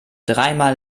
dreimal